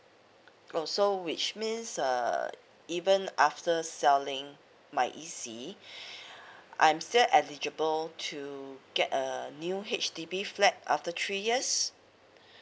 oh so which means err even after selling my E_C I'm still eligible to get a new H_D_B flat after three years